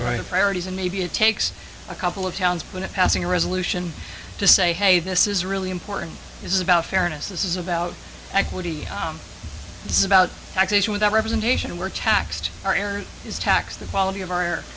writing priorities and maybe it takes a couple of towns when a passing a resolution to say hey this is really important this is about fairness this is about equity this is about taxation without representation we're taxed our error is tax the quality of our